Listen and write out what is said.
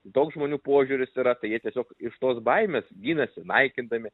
daug žmonių požiūris yra tai jie tiesiog iš tos baimės ginasi naikindami